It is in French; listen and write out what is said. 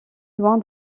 loin